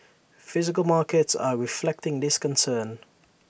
physical markets are reflecting this concern